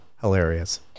hilarious